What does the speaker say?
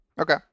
Okay